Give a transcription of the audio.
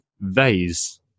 vase